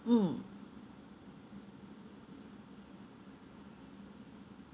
mm